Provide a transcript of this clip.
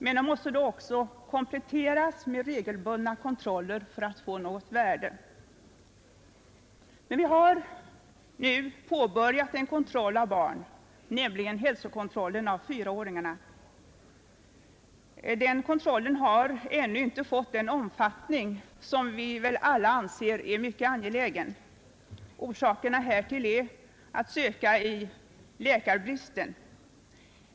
Men en sådan anmälan måste kompletteras med regelbundna kontroller för att få något värde. Nu har det emellertid påbörjats en kontroll av barnen, nämligen hälsokontrollen av fyraåringar. Den har ännu inte fått den omfattning som alla väl anser vara angelägen, och orsaken härtill är att söka i läkarbristen.